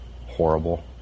Horrible